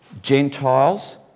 Gentiles